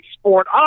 sport